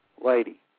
Lady